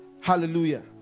Hallelujah